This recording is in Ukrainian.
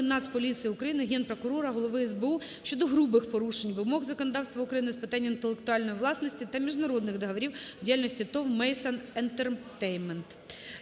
Нацполіції України, Генпрокурора, голови СБУ щодо грубих порушень вимог законодавства України з питань інтелектуальної власності та міжнародних договорів в діяльності ТОВ "Мейсон Ентертеймент".